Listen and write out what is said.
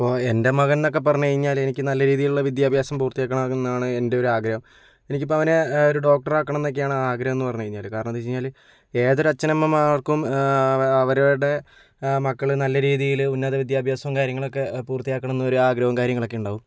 ഇപ്പോൾ എൻ്റെ മകൻ എന്നൊക്കെ പറഞ്ഞ് കഴിഞ്ഞാൽ എനിക്ക് നല്ല രീതിയിലുള്ള വിദ്യാഭ്യാസം പൂർത്തിയാക്കണം എന്നാണ് എൻ്റെ ഒരാഗ്രഹം എനിക്കിപ്പോൾ അവനെ ഒരു ഡോക്ടറാകണം എന്നൊക്കെയാണ് ആഗ്രഹം എന്ന് പറഞ്ഞ് കഴിഞ്ഞാൽ കാരണം എന്താണെന്ന് വെച്ച് കഴിഞ്ഞാൽ ഏതൊരച്ഛനമ്മമാർക്കും അവരുടെ മക്കൾ നല്ല രീതീൽ ഉന്നത വിദ്യാഭ്യാസവും കാര്യങ്ങളൊക്കെ പൂർത്തിയാക്കണം എന്ന് ഒരാഗ്രഹവും കാര്യങ്ങളൊക്കെയുണ്ടാവും